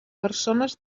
persones